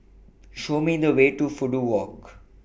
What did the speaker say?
Show Me The Way to Fudu Walk